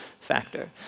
factor